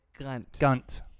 Gunt